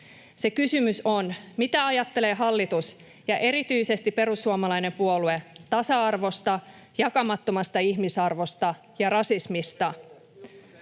Se kysymys on, mitä ajattelee hallitus ja erityisesti perussuomalainen puolue tasa-arvosta, jakamattomasta ihmisarvosta ja rasismista.